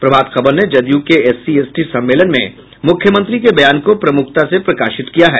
प्रभात खबर ने जदयू के SC ST सम्मेलन में मुख्यमंत्री के बयान को प्रमुखता से प्रकाशित किया है